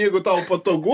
jeigu tau patogu